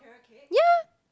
yea